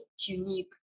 unique